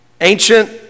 ancient